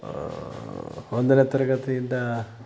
ಒಂದನೇ ತರಗತಿಯಿಂದ